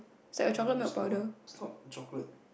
no it's not it's not chocolate